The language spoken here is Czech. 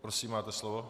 Prosím, máte slovo.